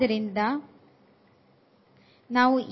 ಆದ್ದರಿಂದ ಅಂತಿಮವಾಗಿ ಸಿಗುವ ಉತ್ತರ xyz ಅನ್ನು ಹೊಂದಿರುವುದಿಲ್ಲ